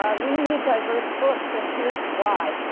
ah we need diverse books and here's why.